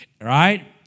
right